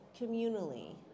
communally